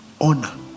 honor